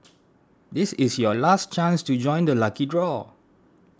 this is your last chance to join the lucky draw